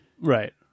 Right